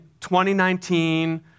2019